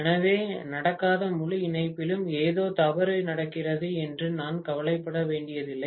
எனவே நடக்காத முழு இணைப்பிலும் ஏதோ தவறு நடக்கிறது என்று நான் கவலைப்பட வேண்டியதில்லை